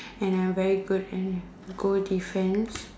and I am very good at goal defence